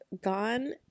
gone